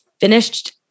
finished